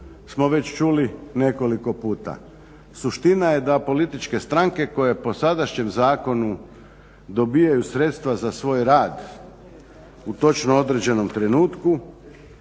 smo već čuli nekoliko puta, suština je da političke stranke koje po sadašnjem zakonu dobivaju sredstva za svoj rad u točno određenom trenutku